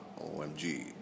OMG